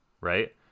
right